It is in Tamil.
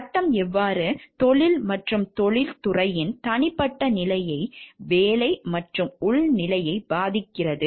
சட்டம் எவ்வாறு தொழில் மற்றும் தொழில்துறையின் தனிப்பட்ட நிலையை வேலை மற்றும் உள்நிலையை பாதிக்கிறது